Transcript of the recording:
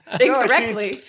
incorrectly